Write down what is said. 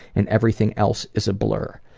and everything else is a blur.